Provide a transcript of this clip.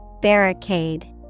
Barricade